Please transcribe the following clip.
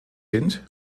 sind